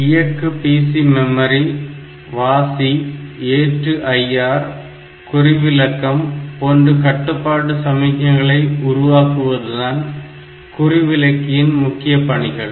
இயக்கு PC memory வாசி ஏற்று IR குறிவிலக்கம் போன்ற கட்டுப்பாட்டு சமிக்ஞைகளை உருவாக்குவதுதான் குறிவிலக்கியின் முக்கிய பணிகள்